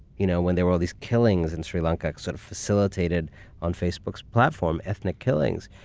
you know when there were all these killings in sri lanka sort of facilitated on facebook's platform. ethnic killings.